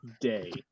Day